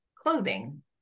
clothing